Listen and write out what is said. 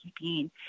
keeping